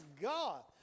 God